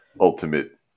ultimate